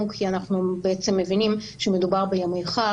כי אנחנו בעצם מבינים שמדובר בימי חג,